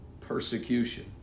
persecution